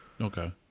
Okay